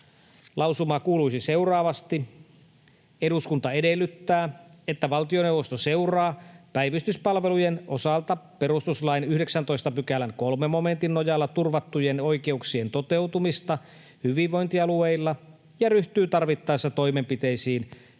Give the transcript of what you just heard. Lausuma kuuluisi seuraavasti: ”Eduskunta edellyttää, että valtioneuvosto seuraa päivystyspalvelujen osalta perustuslain 19 §:n 3 momentin nojalla turvattujen oikeuksien toteutumista hyvinvointialueilla ja ryhtyy tarvittaessa toimenpiteisiin